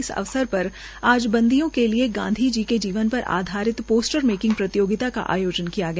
इस अवसर पर आज बंदियों के लिए गांधी जी के जीवन पर आधारित पोस्टर मेकिंग प्रतियोगिता का आयोजन किया गया